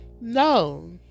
No